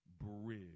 bridge